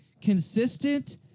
consistent